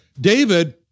David